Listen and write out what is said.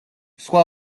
სხვა